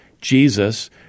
Jesus